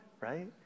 right